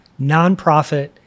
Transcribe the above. nonprofit